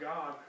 God